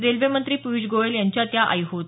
रेल्वेमंत्री पियूष गोयल यांच्या त्या आई होत